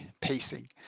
pacing